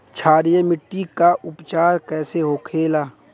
क्षारीय मिट्टी का उपचार कैसे होखे ला?